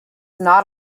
not